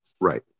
Right